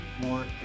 more